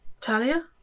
talia